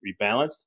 rebalanced